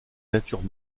natures